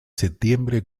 septiembre